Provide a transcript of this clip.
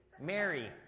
Mary